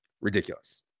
ridiculous